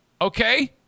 Okay